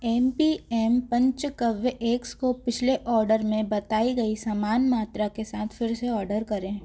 M P M पंचकव्य eggs को पिछले ऑर्डर में बताई गई समान मात्रा के साथ फिर से ऑर्डर करें